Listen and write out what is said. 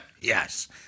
Yes